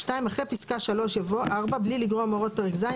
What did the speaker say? (2) אחרי פסקה (3) יבוא: "(4) בלי לגרוע מהוראות פרק ז',